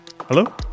Hello